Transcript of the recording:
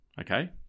okay